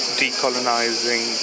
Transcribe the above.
decolonizing